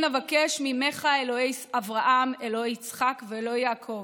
אבקש ממך / אלוהי אברהם אלוהי יצחק ואלוהי יעקב,